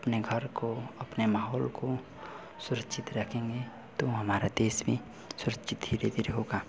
अपने घर को अपने माहौल को सुरक्षित रखेंगे तो हमारा देश भी सुरक्षित धीरे धीरे होगा